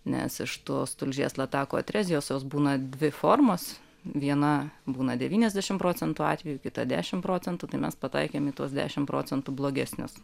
nes iš tos tulžies latakų atrezijos jos būna dvi formos viena būna devyniasdešim procentų atvejų kita dešim procentų tai mes pataikėme į tuos dešim procentų blogesnius